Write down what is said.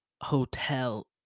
Hotel